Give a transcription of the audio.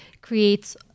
creates